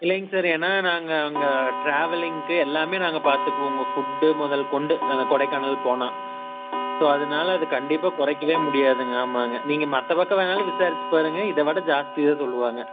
இல்லைங்க சார் ஏன்னா நாங்கள் அங்கே ட்ராவலிங்க்கு எல்லாமே நாங்கள் பார்த்துக்குவோம் உங்க ஃபுட்டு முதல் கொண்டு அங்கே கொடைக்கானல் போனால் ஸோ அதனால அதை கண்டிப்பாக குறைக்கவே முடியாதுங்க ஆமாம்ங்க நீங்கள் மற்றபக்கம் வேணுனாலும் விசாரிச்சு பாருங்கள் இதை விட ஜாஸ்திதான் சொல்லுவாங்க